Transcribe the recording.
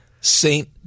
Saint